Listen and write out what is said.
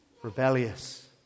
Rebellious